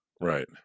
right